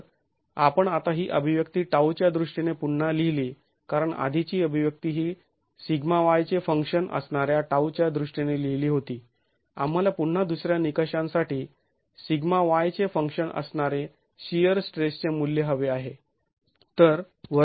जर आपण आता ही अभिव्यक्ती τ च्या दृष्टीने पुन्हा लिहिली कारण आधीची अभिव्यक्ती ही σy चे फंक्शन असणाऱ्या τ च्या दृष्टीने लिहिली होती आम्हाला पुन्हा दुसऱ्यां निकषांसाठी σy चे फंक्शन असणारे शिअर स्ट्रेसचे मुल्य हवे आहे